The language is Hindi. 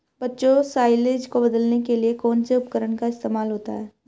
बच्चों साइलेज को बदलने के लिए कौन से उपकरण का इस्तेमाल होता है?